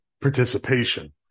participation